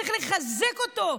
צריך לחזק אותו,